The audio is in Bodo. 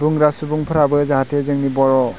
बुंग्रा सुबुंफोराबो जाहाथे जोंनि बर'